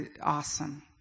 awesome